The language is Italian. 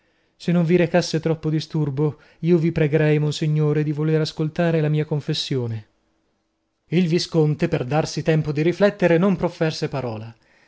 se non vi recasse troppo disturbo io vi pregherei monsignore di voler ascoltare la mia confessione il visconte per darsi tempo di riflettere non proferse parola